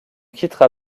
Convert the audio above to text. quittera